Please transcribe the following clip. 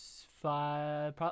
five –